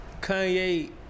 Kanye